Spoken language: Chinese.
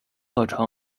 课程